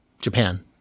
Japan